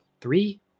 Three